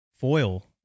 foil